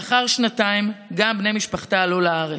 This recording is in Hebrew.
לאחר שנתיים גם בני משפחתה עלו לארץ.